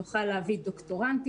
נוכל להביא דוקטורנטים,